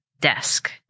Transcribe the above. desk